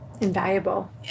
invaluable